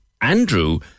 Andrew